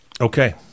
okay